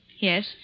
Yes